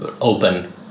open